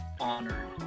honored